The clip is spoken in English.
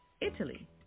Italy